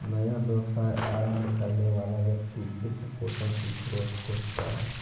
नया व्यवसाय आरंभ करने वाला व्यक्ति वित्त पोषण की स्रोत खोजता है